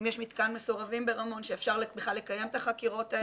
האם יש מתקן מסורבים ברמון שאפשר בכלל לקיים את החקירות האלה?